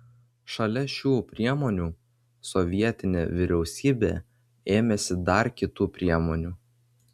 šalia šių priemonių sovietinė vyriausybė ėmėsi dar kitų priemonių